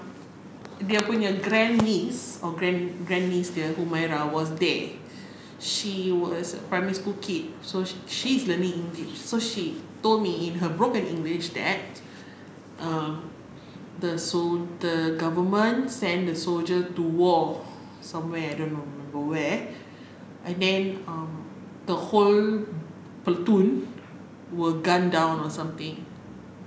dia punya grand niece or grand niece humaira was there she was primary school kid so she she's learning english so she told me in her broken english that um the sol~ the government sent the soldier to war somewhere don't know where and then um the whole platoon were gunned down or something